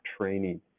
training